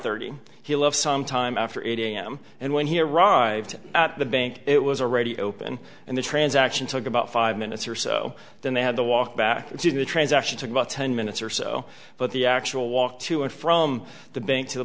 thirty he'll have some time after eight am and when he arrived at the bank it was already open and the transaction took about five minutes or so then they had to walk back into the transaction took about ten minutes or so but the actual walk to and from the bank to the